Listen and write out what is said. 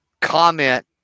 comment